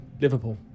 Liverpool